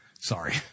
Sorry